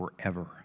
forever